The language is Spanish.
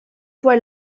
fue